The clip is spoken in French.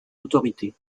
autorités